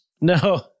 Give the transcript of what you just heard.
no